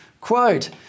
Quote